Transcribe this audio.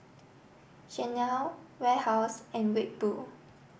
Chanel Warehouse and Red Bull